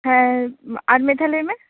ᱦᱮᱸ ᱟᱨ ᱢᱤᱫ ᱫᱷᱟᱣ ᱞᱟ ᱭᱢᱮ